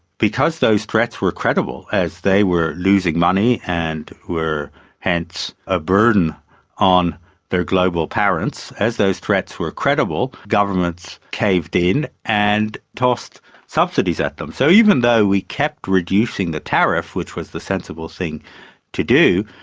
because those threats were credible, as they were losing money and were hence a burden on their global parents, as those threats were credible, governments caved in and tossed subsidies at them. so even though we kept reducing the tariff, which was the sensible thing to do,